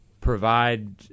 provide